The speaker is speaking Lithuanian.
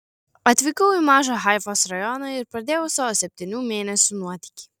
atvykau į mažą haifos rajoną ir pradėjau savo septynių mėnesių nuotykį